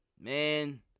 man